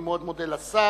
אני מאוד מודה לשר,